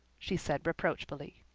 she said reproachfully.